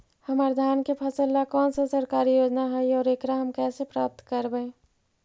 हमर धान के फ़सल ला कौन सा सरकारी योजना हई और एकरा हम कैसे प्राप्त करबई?